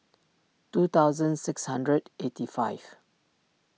two thousand six hundred eighty five